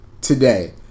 today